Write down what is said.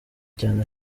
cyane